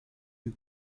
you